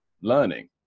learning